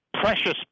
precious